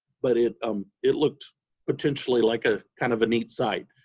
but it um it looked potentially like ah kind of a neat site.